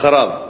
אחריו.